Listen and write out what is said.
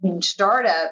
startup